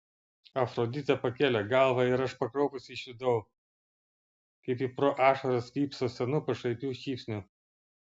afroditė pakėlė galvą ir aš pakraupusi išvydau kaip ji pro ašaras vypso senu pašaipiu šypsniu